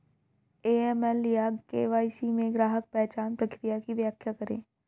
AML या KYC में ग्राहक पहचान प्रक्रिया की व्याख्या करें?